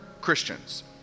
Christians